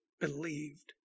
believed